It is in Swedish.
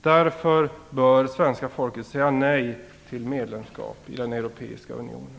Därför bör svenska folket säga nej till ett medlemskap i den europeiska unionen.